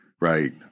right